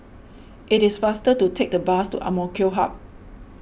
it is faster to take the bus to Hub